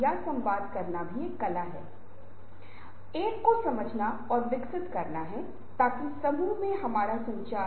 क्या आप अपनी महत्वपूर्ण परियोजनाओं या असाइनमेंट में ज्यादातर समय काम करते हैं